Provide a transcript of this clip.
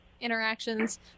interactions